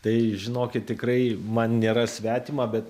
tai žinokit tikrai man nėra svetima bet